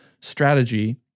strategy